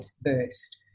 burst